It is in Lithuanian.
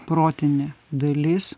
protinė dalis